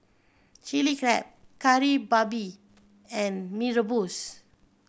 Chilli Crab Kari Babi and Mee Rebus